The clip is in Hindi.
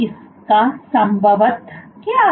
इसका संभवतः क्या है